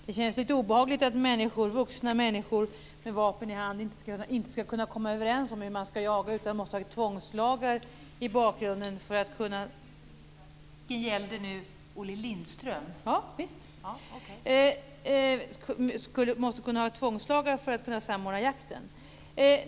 Det känns lite obehagligt att vuxna människor med vapen i hand inte ska kunna komma överens om hur de ska jaga utan måste ha tvångslagar i bakgrunden för att kunna samordna jakten.